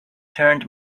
turned